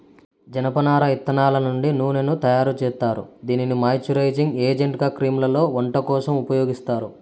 జనపనార ఇత్తనాల నుండి నూనెను తయారు జేత్తారు, దీనిని మాయిశ్చరైజింగ్ ఏజెంట్గా క్రీమ్లలో, వంట కోసం ఉపయోగిత్తారు